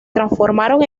transformaron